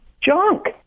junk